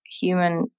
human